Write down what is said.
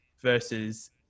versus